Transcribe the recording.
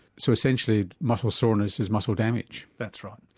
so essentially muscle soreness is muscle damage? that's right.